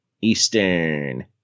Eastern